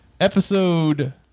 episode